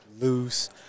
loose